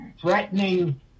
threatening